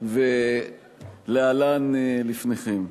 ולהלן הוא לפניכם.